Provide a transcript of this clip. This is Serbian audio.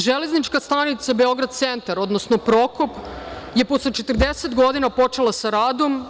Železnička stanica Beograd centar, odnosno Prokop je posle 40 godina počela sa radom.